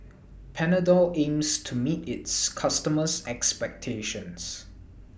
Panadol aims to meet its customers' expectations